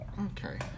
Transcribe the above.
okay